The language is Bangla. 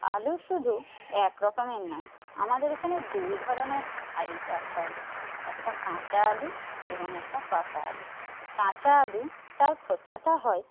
আলু শুধু একরকমের নয় আমাদের এখানে দুই ধরনের আলু চাষ হয় একটা কাঁচা আলু এবং একটা পাকা আলু কাঁচা আলু তার খোসাটা হয়